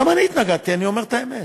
גם אני התנגדתי, אני אומר את האמת.